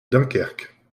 dunkerque